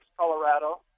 Colorado